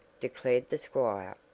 declared the squire,